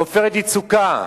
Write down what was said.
"עופרת יצוקה"